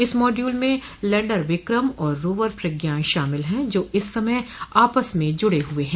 इस मॉड्यूल में लैण्डर विक्रम और रोवर प्रज्ञान शामिल हैं जो इस समय आपस में जुड़े हुए हैं